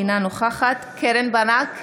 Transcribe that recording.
אינה נוכחת קרן ברק,